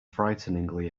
frighteningly